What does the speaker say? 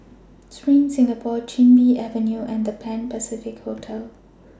SPRING Singapore Chin Bee Avenue and The Pan Pacific Hotel